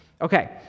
Okay